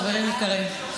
חברים יקרים,